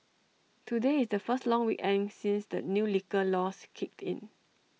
today is the first long weekend since the new liquor laws kicked in